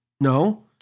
No